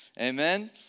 Amen